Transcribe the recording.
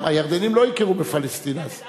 הירדנים לא הכירו בפלסטין אז.